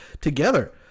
together